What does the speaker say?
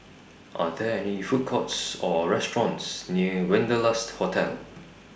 Are There Food Courts Or restaurants near Wanderlust Hotel